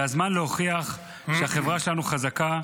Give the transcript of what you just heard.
זה הזמן להוכיח שהחברה שלנו חזקה.